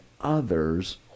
others